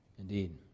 Indeed